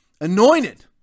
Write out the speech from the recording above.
Anointed